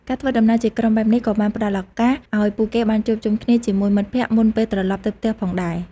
ការធ្វើដំណើរជាក្រុមបែបនេះក៏បានផ្តល់ឱកាសឱ្យពួកគេបានជួបជុំគ្នាជាមួយមិត្តភក្តិមុនពេលត្រឡប់ទៅផ្ទះផងដែរ។